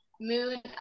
Moon